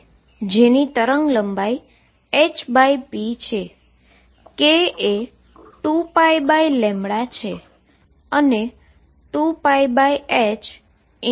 જેની wavelength hp છે k એ 2π છે અને 2πhp જે p છે